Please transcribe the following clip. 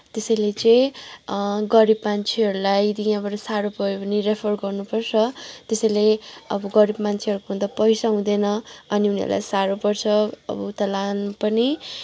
त्यसैले चाहिँ गरिब मान्छेहरूलाई यदि यहाँबाट साह्रो भयो भने रेफर गर्नुपर्छ त्यसैले अब गरिब मान्छेहरूकोमा त पैसा हुँदैन अनि उनीहरूलाई साह्रो पर्छ अब उता लान पनि